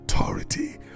authority